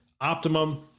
Optimum